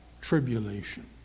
tribulation